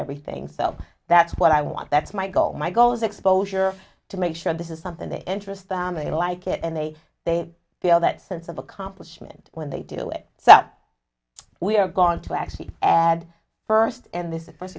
everything so that's what i want that's my goal my goal is exposure to make sure this is something that interests them and you like it and they they feel that sense of accomplishment when they do it so we are going to actually and first and this is first